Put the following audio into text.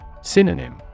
Synonym